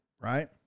right